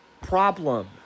problem